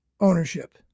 ownership